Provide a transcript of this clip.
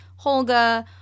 holga